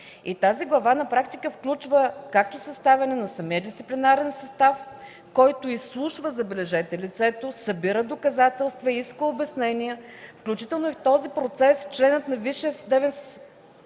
тази глава включва както съставяне на самия дисциплинарен състав, който изслушва, забележете, лицето, събира доказателства, иска обяснения, включително и в този процес членът на Висшия